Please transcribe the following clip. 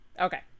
Okay